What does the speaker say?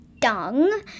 dung